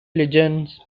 legions